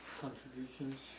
contributions